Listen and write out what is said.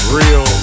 real